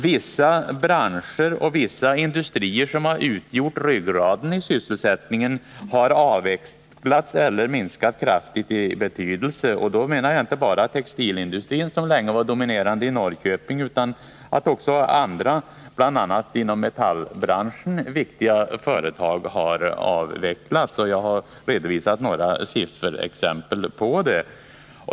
Vissa branscher och industrier som har utgjort ryggraden i sysselsättningen har avvecklats eller minskat kraftigt i betydelse. Då tänker jag inte bara på textilindustrin, som länge varit dominerande i Norrköping, utan också andra, bl.a. inom metallbranschen viktiga företag har avvecklats. Jag har redovisat några sifferexempel på det.